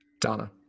Donna